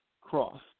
Cross